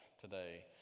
today